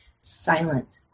Silent